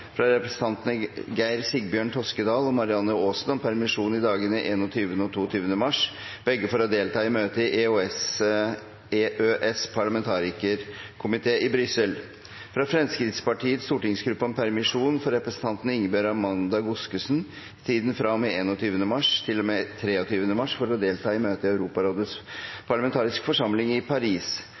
fra representantene Geir Sigbjørn Toskedal og Marianne Aasen om permisjon i dagene 21. og 22. mars, begge for å delta i møte i EØS-parlamentarikerkomiteene i Brussel fra Fremskrittspartiets stortingsgruppe om permisjon for representanten Ingebjørg Amanda Godskesen i tiden fra og med 21. mars til og med 23. mars for å delta i møte i Europarådets parlamentariske forsamling i Paris